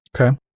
okay